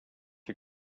you